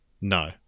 no